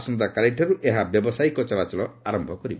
ଆସନ୍ତାକାଲିଠାର୍ଚ ଏହା ବ୍ୟବସାୟୀକ ଚଳାଚଳ ଆରମ୍ଭ କରିବ